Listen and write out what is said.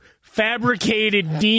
Fabricated